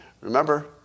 Remember